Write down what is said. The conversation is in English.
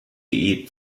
eat